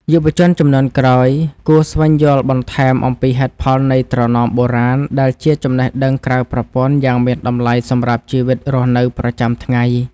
យុវជនជំនាន់ក្រោយគួរស្វែងយល់បន្ថែមអំពីហេតុផលនៃត្រណមបុរាណដែលជាចំណេះដឹងក្រៅប្រព័ន្ធយ៉ាងមានតម្លៃសម្រាប់ជីវិតរស់នៅប្រចាំថ្ងៃ។